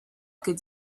could